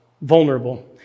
vulnerable